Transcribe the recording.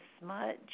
Smudge